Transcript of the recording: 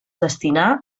destinà